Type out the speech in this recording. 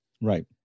right